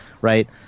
right